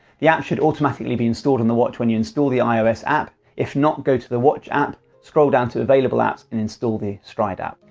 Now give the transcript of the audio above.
the app should automatically be installed on the watch when you install the ios app. if not, go to the watch app, scroll down to available apps, and install the stryd app.